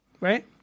Right